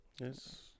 Yes